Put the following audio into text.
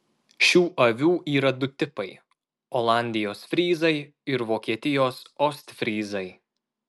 šių avių yra du tipai olandijos fryzai ir vokietijos ostfryzai